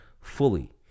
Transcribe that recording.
fully